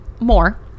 more